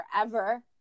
forever